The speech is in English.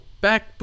back